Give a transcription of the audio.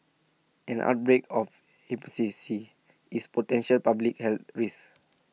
an outbreak of C C is potential public health risk